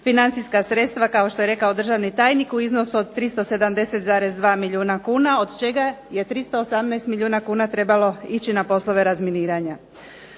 financijska sredstva kao što je rekao državni tajnik u iznosu 370,2 milijuna kuna, od čega je 318 milijuna kuna trebalo ići na poslove razminiranja.